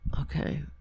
okay